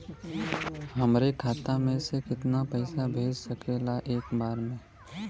हमरे खाता में से कितना पईसा भेज सकेला एक बार में?